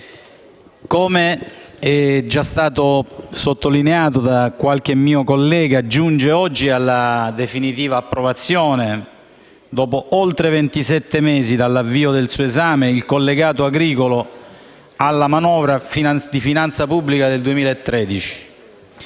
come è già stato sottolineato da qualche mio collega giunge oggi alla definitiva approvazione, dopo oltre ventisette mesi dall'avvio del suo esame, il collegato agricolo alla manovra di finanza pubblica del 2013.